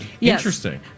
interesting